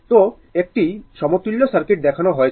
তো একটি সমতুল্য সার্কিট দেখানো হয়েছে